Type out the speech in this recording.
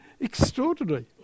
Extraordinary